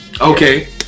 Okay